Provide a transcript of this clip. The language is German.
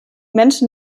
menschen